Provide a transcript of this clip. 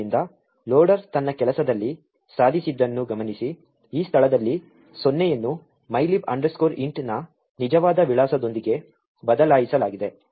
ಆದ್ದರಿಂದ ಲೋಡರ್ ತನ್ನ ಕೆಲಸದಲ್ಲಿ ಸಾಧಿಸಿದ್ದನ್ನು ಗಮನಿಸಿ ಈ ಸ್ಥಳದಲ್ಲಿ ಸೊನ್ನೆಯನ್ನು mylib int ನ ನಿಜವಾದ ವಿಳಾಸದೊಂದಿಗೆ ಬದಲಾಯಿಸಲಾಗಿದೆ